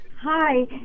Hi